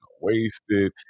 wasted